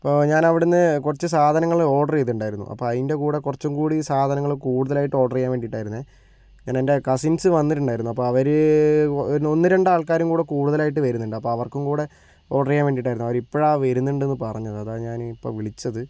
ഇപ്പോൾ ഞാനവിടെ നിന്ന് കുറച്ച് സാധനങ്ങൾ ഓർഡർ ചെയ്തിട്ടുണ്ടായിരുന്നു അപ്പോൾ അതിൻ്റെ കൂടെ കുറച്ചും കൂടി സാധനങ്ങൾ കൂടുതലായിട്ട് ഓർഡർ ചെയ്യാൻ വേണ്ടിയിട്ടായിരുന്നു ഞനെൻ്റെ കസിൻസ് വന്നിട്ടുണ്ടായിരുന്നു അപ്പോൾ അവർ ഒന്നു രണ്ട് ആൾക്കാരും കൂടി കൂടുതലായിട്ട് വരുന്നുണ്ട് അപ്പോൾ അവർക്കും കൂടി ഓർഡർ ചെയ്യാൻ വേണ്ടിയിട്ടായിരുന്നു അവർ ഇപ്പോഴാണ് വരുന്നുണ്ടെന്ന് പറഞ്ഞത് അതാണ് ഞാൻ ഇപ്പോൾ വിളിച്ചത്